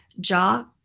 jaw